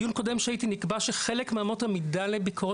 בדיון קודם שהייתי נקבע שחלק מאמות המידה לביקורות